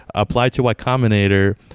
apply to y combinator.